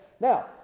Now